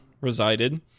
resided